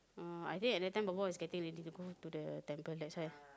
uh I think at that time boy boy was getting ready to go to the temple that's why